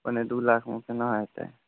पौने दू लाखमे केना हेतै